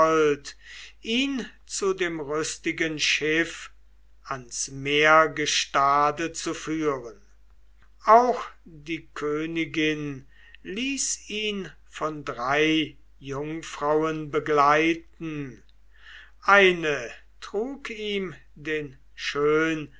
ihn zu dem rüstigen schiff ans meergestade zu führen auch die königin ließ ihn von drei jungfrauen begleiten eine trug ihm den schöngewaschenen